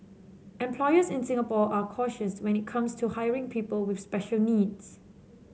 employers in Singapore are cautious when it comes to hiring people with special needs